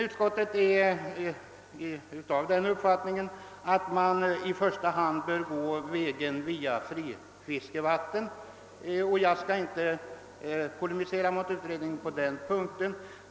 Utskottet hyser emellertid den meningen att man i första hand bör gå vägen via frifiskevatten, och jag skall inte polemisera med utskottet på denna punkt.